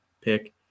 pick